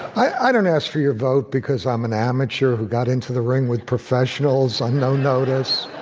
i don't ask for your vote because i'm an amateur who got into the ring with professionals on no notice.